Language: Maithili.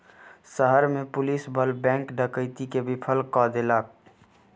शहर में पुलिस बल बैंक डकैती के विफल कय देलक